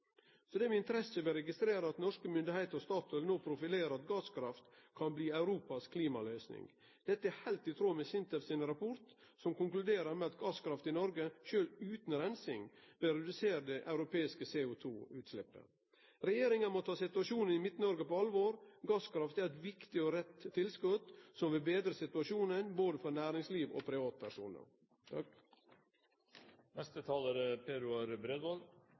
Det er med interesse vi registrerer at norske myndigheiter og Statoil no profilerer at gasskraft kan bli Europa si klimaløysing. Dette er heilt i tråd med SINTEF sin rapport som konkluderer med at gasskraft i Noreg, sjølv utan reinsing, vil redusere det europeiske CO2-utsleppet. Regjeringa må ta situasjonen i Midt-Noreg på alvor – gasskraft er eit viktig og rett tilskot som vil betre situasjonen både for næringsliv og privatpersonar. Rovdyr er